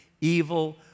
evil